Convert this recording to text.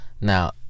Now